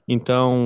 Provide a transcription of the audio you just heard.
Então